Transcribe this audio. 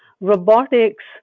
robotics